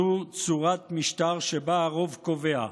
זו צורת משטר שבה הרוב קובע,